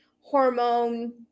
hormone